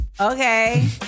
okay